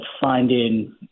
finding